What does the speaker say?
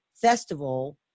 festival